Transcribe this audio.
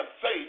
faith